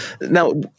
Now